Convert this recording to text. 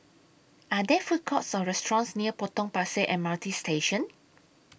Are There Food Courts Or restaurants near Potong Pasir M R T Station